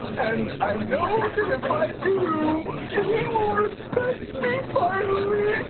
and i know like ah that if i do, ah he will respect me finally,